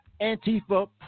Antifa